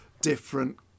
different